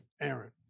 Aaron